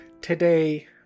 Today